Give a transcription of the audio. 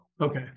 Okay